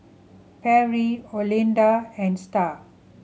Perry Olinda and Star